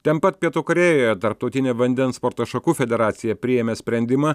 ten pat pietų korėjoje tarptautinė vandens sporto šakų federacija priėmė sprendimą